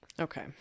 Okay